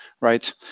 Right